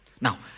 Now